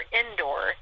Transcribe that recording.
indoor